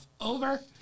over